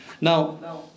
Now